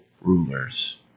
rulers